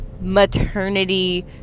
maternity